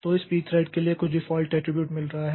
तो इस pthread के लिए कुछ डिफ़ॉल्ट एट्रिब्यूट मिल रहा है